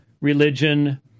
religion